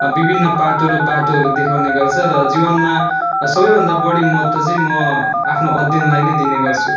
विभिन्न पाटो र बाटोहरू देखाउने गर्छ र जीवनमा सबैभन्दा बढी महत्त्व चाहिँ म आफ्नो अध्ययनलाई नै दिने गर्छु